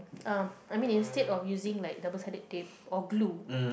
um I mean instead of using like double sided tape or glue